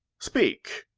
speak.